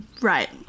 Right